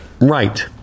Right